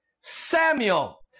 Samuel